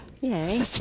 yay